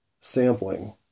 sampling